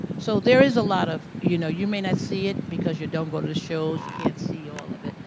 so there is a lot of, you know, you may not see it because you don't go to shows, you can't see all of it,